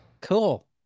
Cool